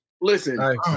Listen